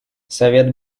совет